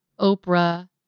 Oprah